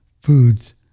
foods